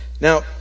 Now